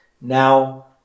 Now